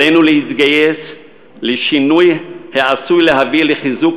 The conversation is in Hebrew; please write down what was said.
עלינו להתגייס לשינוי העשוי להביא לחיזוק